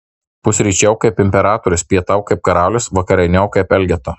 pusryčiauk kaip imperatorius pietauk kaip karalius vakarieniauk kaip elgeta